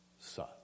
son